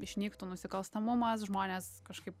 išnyktų nusikalstamumas žmonės kažkaip